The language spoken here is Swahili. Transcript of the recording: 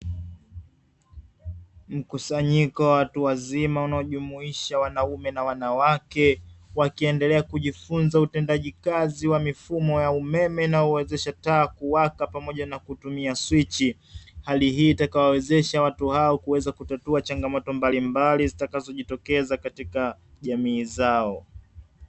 Mkusanyiko wa watu wazima unaojumuisha wanaume na wanawake wakiendelea kujifunza utendaji kazi wa mifumo ya umeme na kuwezesha kuwaka taa pamoja na kutumia swichi, hali hii itakayowezesha watu hao kuweza kutatua changamoto mbalimbali zitakazojitokeza katika jamii zao.